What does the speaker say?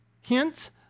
hints